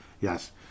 Yes